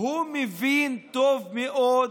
הוא מבין טוב מאוד